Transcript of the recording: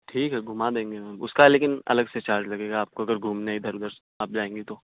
ٹھیک ہے گھما دیں گے ہم اس کا لیکن الگ سے چارج لگے گا آپ کو اگر گھومنا ہے ادھر ادھر آپ جائیں گے تو